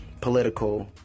political